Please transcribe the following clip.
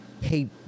hey